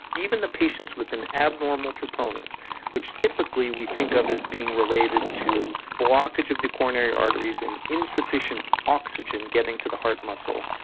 even the patients with an abnormal troponin, which typically we think of as being related to blockage of the coronary arteries and insufficient oxygen getting to the heart muscle,